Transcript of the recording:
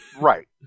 right